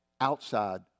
outside